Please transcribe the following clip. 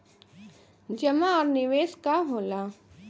जमा और निवेश का होला?